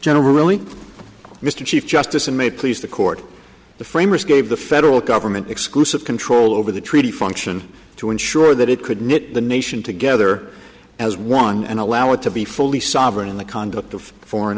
general really mr chief justice and may please the court the framers gave the federal government exclusive control over the treaty function to ensure that it could knit the nation together as one and allow it to be fully sovereign in the conduct of foreign